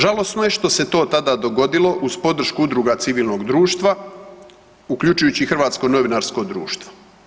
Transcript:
Žalosno je što se to tada dogodilo uz podršku udruga civilnog društva uključujući i Hrvatsko novinarsko društvo.